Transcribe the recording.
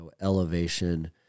elevation